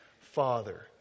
Father